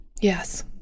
Yes